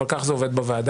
אבל כך זה עובד בוועדה.